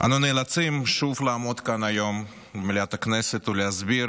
אנו נאלצים שוב לעמוד כאן היום במליאת הכנסת ולהסביר